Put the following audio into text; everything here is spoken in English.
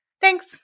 Thanks